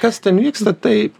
kas ten vyksta tai